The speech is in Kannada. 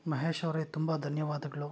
ಮಹೇಶವರೆ ತುಂಬ ಧನ್ಯವಾದಗಳು